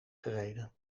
gereden